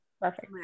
Perfect